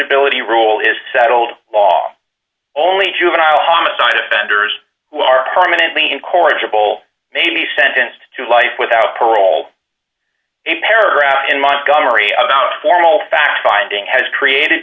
ability rule is settled law only juvenile homicide offenders who are permanently in corrigible may be sentenced to life without parole a paragraph in montgomery about formal fact finding has created